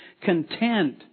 content